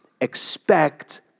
expect